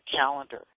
calendar